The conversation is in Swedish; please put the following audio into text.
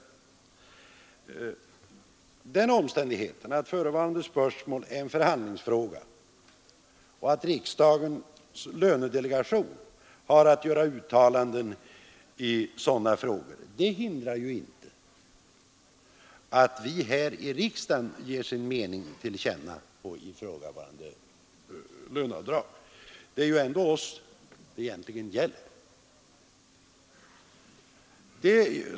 Den omständigheten att förevarande spörsmål är en förhandlingsfråga och att riksdagens lönedelegation har att göra uttalanden i sådana frågor hindrar ju inte att vi här i riksdagen ger vår mening till känna beträffande ifrågavarande löneavdrag. Det är ju ändå oss det egentligen gäller.